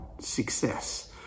success